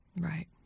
Right